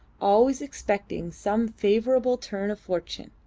always expecting some favourable turn of fortune.